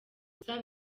gusa